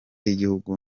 y’igihugu